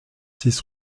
six